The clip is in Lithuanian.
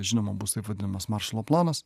žinoma bus taip vadinamas maršalo planas